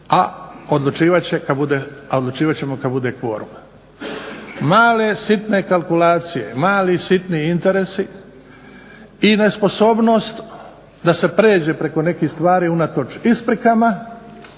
a odlučivat ćemo kada bude kvorum. Male, sitne kalkulacije, mali, sitni interesi i nesposobnost da se pređe preko nekih stvari unatoč isprikama,